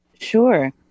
Sure